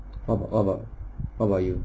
what about what about you